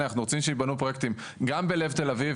אנחנו רוצים שייבנו פרויקטים גם בלב תל אביב,